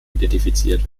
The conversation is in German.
identifiziert